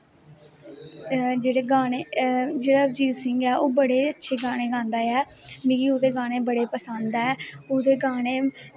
ते जेह्ड़े गाने दलजीत सिंह ऐ ओह् बड़े अच्छे गाने गांदा ऐ मिगी ओह्दे गाने बड़े पसंदा ऐ मिगी ओह्दे गाने